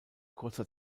kurzer